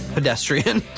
Pedestrian